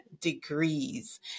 degrees